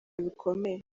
bikomeye